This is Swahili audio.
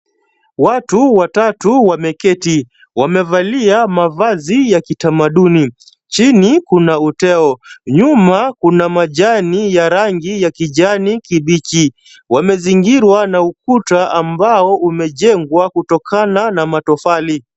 Watu watatu wameketi. Wamevalia mavazi ya kitamaduni. Chini kuna uteo. Nyuma kuna majani ya rangi ya kijani kibichi. Wamezingirwa na ukuta ambao umejengwa kutokana na matofali.